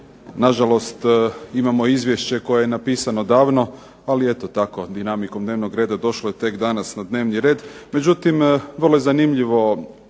na žalost imamo izvješće koje je napisano davno, ali eto tako dinamikom dnevnog reda došlo je tek danas na dnevni red.